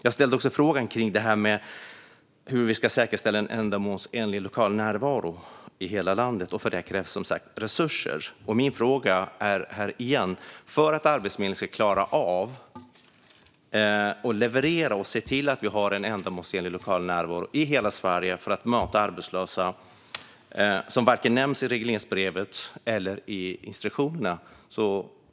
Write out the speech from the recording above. Jag ställde också en fråga om hur vi ska säkerställa en ändamålsenlig lokal närvaro i hela landet. För detta krävs som sagt resurser. Hur ska Arbetsförmedlingen kunna leverera en ändamålsenlig lokal närvaro i hela Sverige för att möta arbetslösa? Det står varken i regleringsbrevet eller instruktionen.